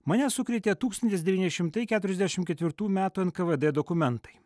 mane sukrėtė tūkstantis devyni šimtai keturiasdešim ketirtų metų nkvd dokumentai